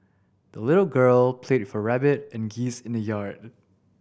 the little girl played her rabbit and geese in the yard